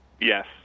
Yes